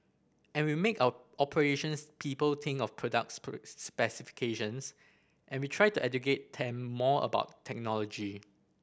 and we make our operations people think of products specifications and we try to educate them more about technology